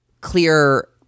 clear